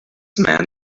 man